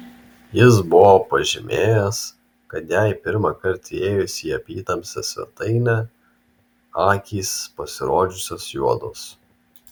jis buvo pažymėjęs kad jai pirmąkart įėjus į apytamsę svetainę akys pasirodžiusios juodos